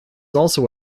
also